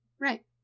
right